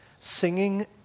Singing